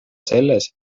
selles